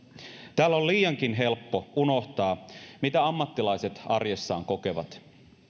täällä on liiankin helppo unohtaa mitä ammattilaiset arjessaan kokevat